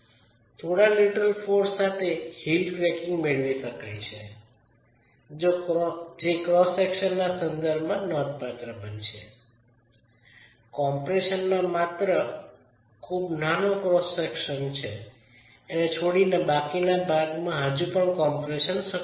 થોડા લેટરલ બળ સાથે હીલ ક્રેકીંગ મેળવી શકાય છે જે ક્રોસ સેક્શનના સંદર્ભમાં નોંધપાત્ર બનશે કમ્પ્રેશનમાં માત્ર ખૂબ નાનો ક્રોસ સેક્શન છોડીને બાકીના ભાગમાં કમ્પ્રેશનમાં હજુ પણ સક્રિય છે